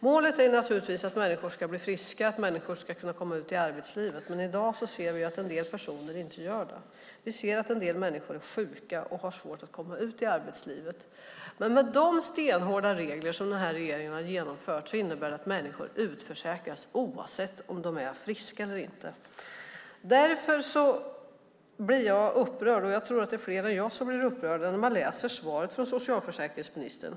Målet är att människor ska bli friska och att de ska kunna komma ut i arbetslivet. Men i dag ser vi att en del personer inte gör det. Vi ser att en del människor är sjuka och har svårt att komma ut i arbetslivet. Men de stenhårda regler som regeringen har genomfört innebär att människor utförsäkras oavsett om de är friska eller inte. Därför blir jag upprörd, och jag tror att det är fler än jag som blir det, när man läser svaret från socialförsäkringsministern.